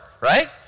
right